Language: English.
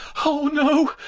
oh no.